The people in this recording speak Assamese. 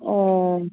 অঁ